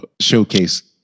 showcase